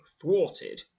thwarted